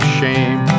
shame